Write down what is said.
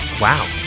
Wow